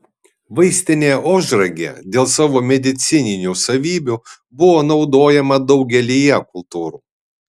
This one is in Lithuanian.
vaistinė ožragė dėl savo medicininių savybių buvo naudojama daugelyje kultūrų